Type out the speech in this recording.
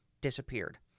disappeared